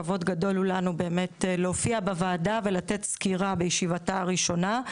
כבוד גדול הוא לנו להופיע בוועדה ולתת סקירה בישיבתה הראשונה.